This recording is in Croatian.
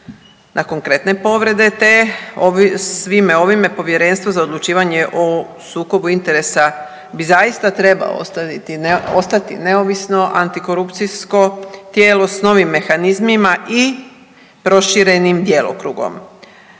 na konkretne povrede, te svime ovime Povjerenstvo za odlučivanje o sukobu interesa bi zaista trebao ostati neovisno antikorupcijsko tijelo sa novim mehanizmima i proširenim djelokrugom.